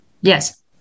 Yes